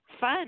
Fun